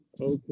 Okay